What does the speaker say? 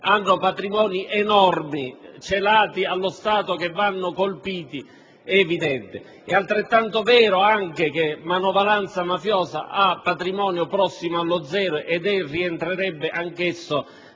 hanno patrimoni enormi, celati allo Stato, che vanno colpiti; è evidente. È altrettanto vero che la manovalanza mafiosa ha patrimonio prossimo allo zero e rientrerebbe anch'essa